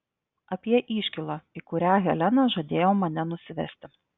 apie iškylą į kurią helena žadėjo mane nusivesti